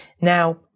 now